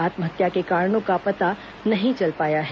आत्महत्या के कारणों का पता नहीं चल पाया है